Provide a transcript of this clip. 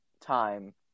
time